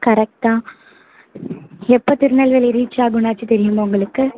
correct தான் எப்போ திருநெல்வேலி ரீச்சாகும்னாச்சும் தெரியுமா உங்களுக்கு